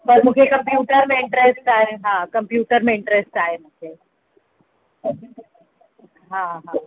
पर मूंखे कंप्यूटर में इंट्रेस्ट आहे हा कंप्यूटर में इंट्रेस्ट आहे मूंखे हा हा